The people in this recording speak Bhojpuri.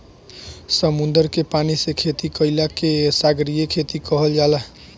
समुंदर के पानी से खेती कईला के सागरीय खेती कहल जाला